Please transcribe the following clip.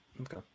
Okay